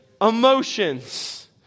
emotions